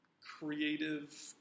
creative